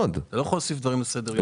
אתה לא יכול להוסיף דברים לסדר היום.